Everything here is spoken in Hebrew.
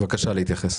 בקשה, להתייחס.